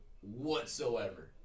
whatsoever